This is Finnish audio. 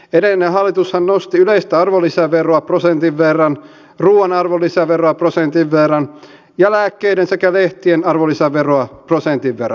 edellinen hallitushan nosti yleistä arvonlisäveroa prosentin verran ruoan arvonlisäveroa prosentin verran ja lääkkeiden sekä lehtien arvonlisäveroa prosentin verran